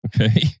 Okay